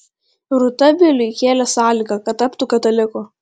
rūta viliui kėlė sąlygą kad taptų kataliku